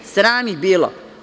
Sram ih bilo.